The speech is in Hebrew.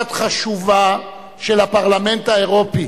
משלחת חשובה של הפרלמנט האירופי